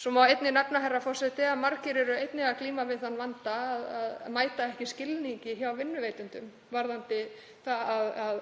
Svo má einnig nefna, herra forseti, að margir glíma einnig við þann vanda að mæta ekki skilningi hjá vinnuveitendum varðandi það að